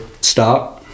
stop